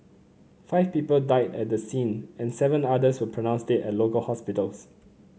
five people died at the scene and seven others were pronounced dead at local hospitals